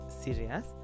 serious